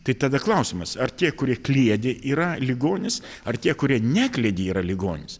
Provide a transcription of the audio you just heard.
tai tada klausimas ar tie kurie kliedi yra ligonis ar tie kurie nekliedi yra ligonis